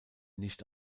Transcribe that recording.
nicht